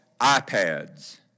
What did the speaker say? iPads